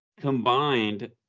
combined